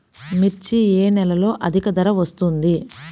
మిర్చి ఏ నెలలో అధిక ధర వస్తుంది?